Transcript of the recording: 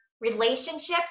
relationships